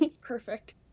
Perfect